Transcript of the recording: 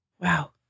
wow